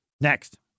next